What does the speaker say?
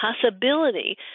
possibility